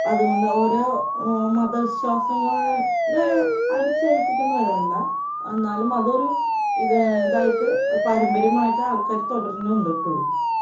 അതുകൊണ്ട് ഓരോ മത വിശ്വാസങ്ങളുടെ അടിച്ചേൽപ്പിക്കുന്നത് അല്ല എന്നാലും അതൊരു ഇത് ഇതായിട്ട് പാരമ്പര്യമായിട്ട് ആൾക്കാർ തുടരുന്നുണ്ട് ഇപ്പോഴും